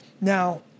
Now